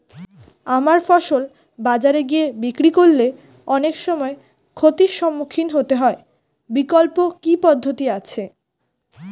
আমার ফসল বাজারে গিয়ে বিক্রি করলে অনেক সময় ক্ষতির সম্মুখীন হতে হয় বিকল্প কি পদ্ধতি আছে?